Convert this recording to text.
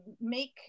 make